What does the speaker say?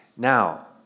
Now